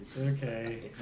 Okay